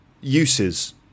uses